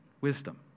wisdom